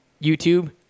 YouTube